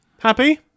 happy